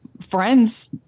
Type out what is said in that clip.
friends